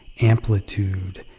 amplitude